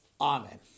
Amen